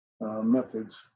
methods